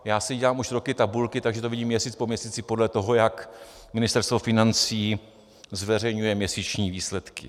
Já si dělám už roky tabulky, takže to vidím měsíc po měsíci podle toho, jak Ministerstvo financí zveřejňuje měsíční výsledky.